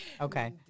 Okay